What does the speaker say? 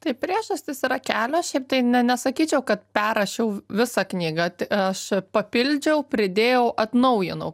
tai priežastys yra kelios šiaip tai ne nesakyčiau kad perrašiau visą knygą aš papildžiau pridėjau atnaujinau